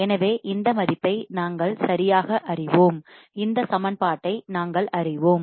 எனவே இந்த மதிப்பை நாம் சரியாக அறிவோம் இந்த சமன்பாட்டை நாம் அறிவோம்